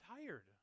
tired